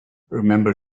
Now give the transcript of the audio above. remember